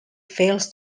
fails